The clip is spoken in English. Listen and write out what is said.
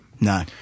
No